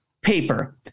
paper